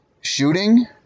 shooting